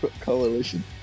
Coalition